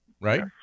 right